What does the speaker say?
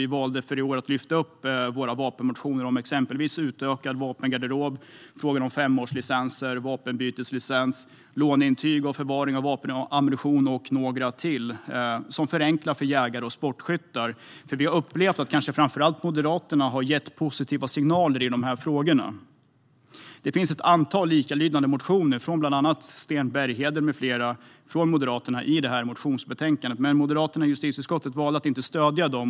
Vi valde i år att lägga fram våra vapenmotioner - exempelvis om utökad vapengarderob, frågan om femårslicenser, vapenbyteslicens, låneintyg, förvaring av vapen och ammunition och ytterligare några frågor. Det handlar om sådant som förenklar för jägare och sportskyttar. Vi har upplevt att kanske framför allt Moderaterna har gett positiva signaler i de här frågorna. Det finns i betänkandet ett antal likalydande motioner från bland andra Sten Bergheden med flera moderater, men deras partikamrater i justitieutskottet valde att inte stödja dem.